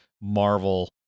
Marvel